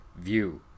view